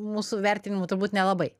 mūsų vertinimu turbūt nelabai